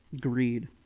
greed